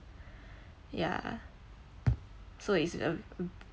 yeah so is a